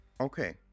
Okay